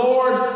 Lord